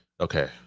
Okay